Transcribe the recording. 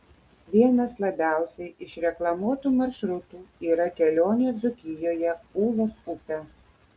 vienas labiausiai išreklamuotų maršrutų yra kelionė dzūkijoje ūlos upe